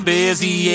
busy